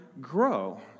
grow